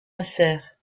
insère